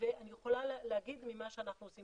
ואני יכולה להגיד ממה שאנחנו עושים